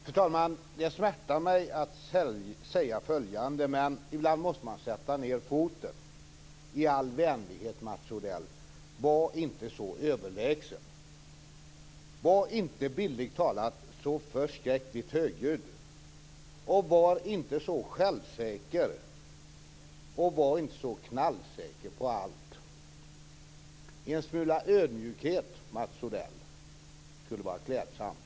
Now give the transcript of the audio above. Fru talman! Det smärtar mig att säga följande, men ibland måste man sätta ned foten. I all vänlighet, Mats Odell, var inte så överlägsen. Var inte bildligt talat som förskräckligt högljudd. Var inte så självsäker och knallsäker på allt. En smula ödmjukhet, Mats Odell, skulle vara klädsamt.